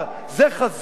זה חזון?